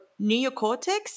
neocortex